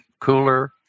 cooler